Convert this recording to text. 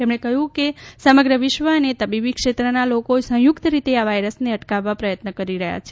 તેમણે કહ્યું કે સમગ્ર વિશ્વ અને તબીબી ક્ષેત્રના લોકો સંયુકત રીતે આ વાયરસને અટકાવવા પ્રયત્ન કરી રહ્યા છે